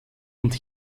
und